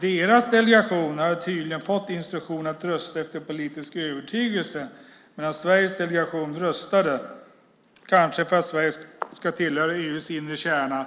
Deras delegationer har tydligen fått instruktioner att rösta efter politisk övertygelse medan Sveriges delegation, kanske för att Sverige ska tillhöra EU:s inre kärna,